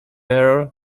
error